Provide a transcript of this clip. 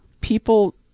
people